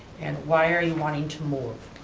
and why are you wanting to move?